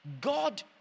God